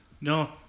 No